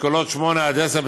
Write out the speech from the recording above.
באשכולות 8 עד 10,